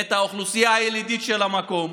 את האוכלוסייה הילידית של המקום.